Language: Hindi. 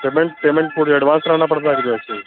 पेमेंट पेमेंट पूरा एडवांस में लाना पड़ता है कि कैसे